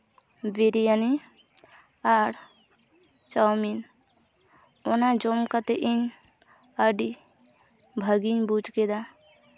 ᱵᱤᱨᱭᱟᱱᱤ ᱟᱨ ᱪᱟᱣᱢᱤᱱ ᱚᱱᱟ ᱡᱚᱢ ᱠᱟᱛᱮᱫ ᱤᱧ ᱟᱹᱰᱤ ᱵᱷᱟᱹᱜᱤᱧ ᱵᱩᱡᱽ ᱠᱮᱫᱟ